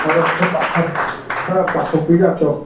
ꯈꯔ ꯄꯥꯛꯊꯣꯛꯄꯤ ꯖꯥꯠꯇꯣ